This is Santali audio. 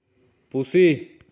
ᱯᱩᱥᱤ